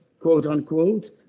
quote-unquote